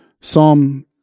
Psalm